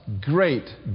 great